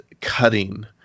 cutting